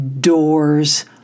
doors